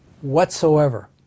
whatsoever